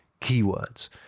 keywords